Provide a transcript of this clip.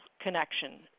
connection